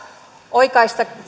oikaista